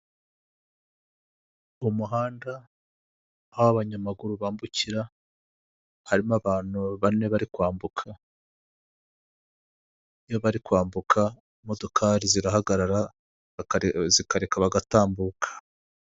Mu muhanda aho abanyamaguru bambukira harimo abantu bane bari kwambuka, iyo bari kwambuka imodokari zirahagarara zikareka bagatambuka.